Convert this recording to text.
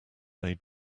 they